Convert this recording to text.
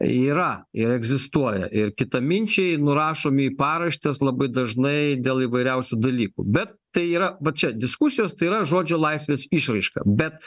yra ir egzistuoja ir kitaminčiai nurašomi į paraštes labai dažnai dėl įvairiausių dalykų bet tai yra va čia diskusijos tai yra žodžio laisvės išraiška bet